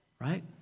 Right